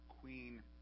queen